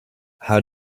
how